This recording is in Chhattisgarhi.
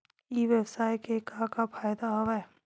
ई व्यवसाय के का का फ़ायदा हवय?